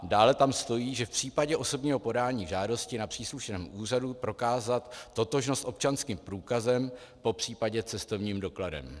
Dále tam stojí, že v případě osobního podání žádosti na příslušném úřadu prokázat totožnost občanským průkazem, popřípadě cestovním dokladem.